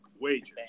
wages